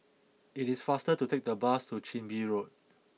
it is faster to take the bus to Chin Bee Road